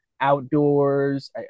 outdoors